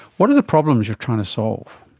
what are the problems you're trying to solve?